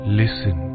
listen